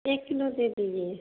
एक किलाे दे दीजिए